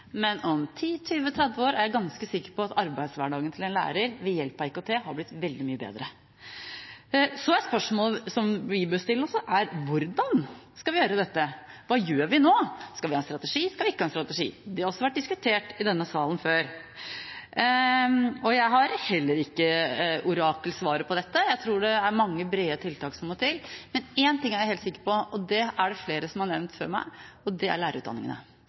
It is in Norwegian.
men om 10–20–30 år er jeg ganske sikker på at arbeidshverdagen til en lærer, ved hjelp av IKT, er blitt veldig mye bedre. Spørsmål som vi bør stille oss, er: Hvordan skal vi gjøre dette? Hva gjør vi nå? Skal vi ha en strategi, eller skal vi ikke ha en strategi? Det har også vært diskutert i denne salen før. Jeg har heller ikke orakelsvaret på dette. Jeg tror det er mange brede tiltak som må til, men én ting er jeg helt sikker på, det er det også flere som har nevnt før meg, og det gjelder lærerutdanningene.